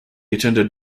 attended